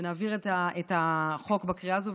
נעביר את החוק בקריאה הזו,